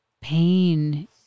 pain